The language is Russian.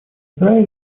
израиля